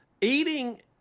eating